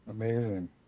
Amazing